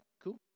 cool